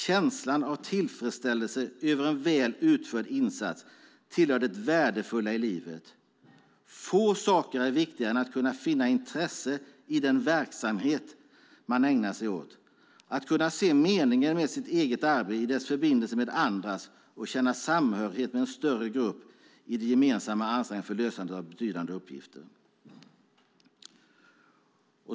Känslan av tillfredsställelse över en väl utförd insats tillhör det värdefulla i livet. Få saker är viktigare än att kunna finna intresse i den verksamhet man ägnar sig åt, att kunna se meningen med sitt eget arbete i dess förbindelse med andras och känna samhörighet med en större grupp i de gemensamma ansträngningarna för lösandet av betydande uppgifter.